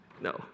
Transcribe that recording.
No